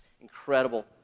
incredible